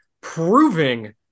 proving